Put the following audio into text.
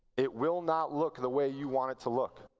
it will not look the way you want it to look.